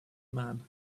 man